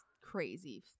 crazy